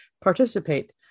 participate